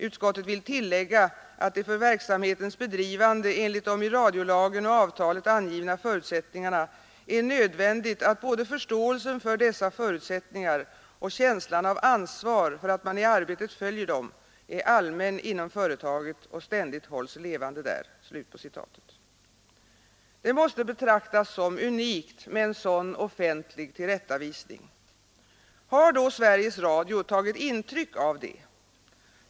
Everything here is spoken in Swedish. ——— Utskottet vill tillägga att det för verksamhetens bedrivande enligt de i radiolagen och avtalet angivna förutsättningarna är nödvändigt att både förståelsen för dessa förutsättningar och känslan av ansvar för att man i arbetet följer dem är allmän inom företaget och ständigt hålls levande där.” Det måste betraktas som unikt med en sådan offentlig tillrättavisning. Har då Sveriges Radio tagit intryck av detta?